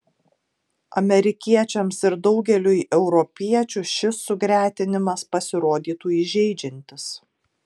amerikiečiams ir daugeliui europiečių šis sugretinimas pasirodytų įžeidžiantis